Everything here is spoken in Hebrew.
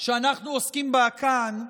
שאנחנו עוסקים בה כאן,